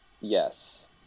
Yes